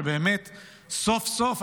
שבאמת סוף-סוף,